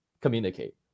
communicate